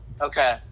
Okay